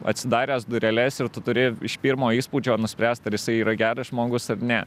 atsidaręs dureles ir tu turi iš pirmo įspūdžio nuspręst ar jisai yra geras žmogus ar ne